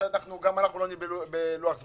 גם אם נגיד שזה לא פעילות לא חוקית,